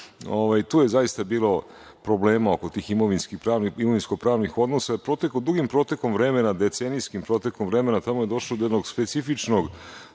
tu je zaista bilo problema oko tih imovinsko pravnih odnosa. Dugim protekom vremena, decenijskim protekom vremena tamo je došlo do jednog specifičnog,